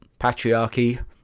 patriarchy